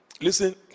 Listen